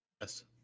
Yes